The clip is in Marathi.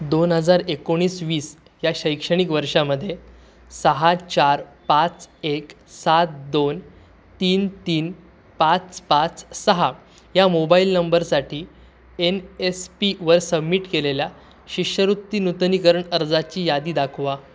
दोन हजार एकोणीस वीस या शैक्षणिक वर्षामध्ये सहा चार पाच एक सात दोन तीन तीन पाच पाच सहा या मोबाईल नंबरसाठी एन एस पीवर सबमिट केलेल्या शिष्यवृत्ती नूतनीकरण अर्जाची यादी दाखवा